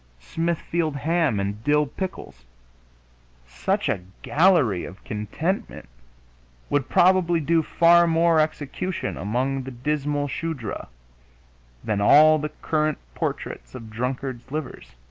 smithfield ham and dill pickles such a gallery of contentment would probably do far more execution among the dismal shudra than all the current portraits of drunkards' livers.